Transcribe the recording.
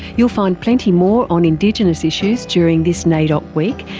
you'll find plenty more on indigenous issues during this naidoc week,